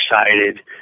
excited